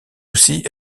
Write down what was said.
aussi